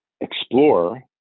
explore